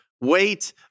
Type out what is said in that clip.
wait